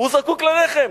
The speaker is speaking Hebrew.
הוא זקוק ללחם,